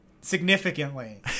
significantly